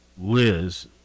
Liz